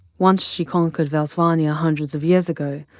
once she conquered velsvaina and ah hundreds of years ago,